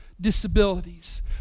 disabilities